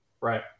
Right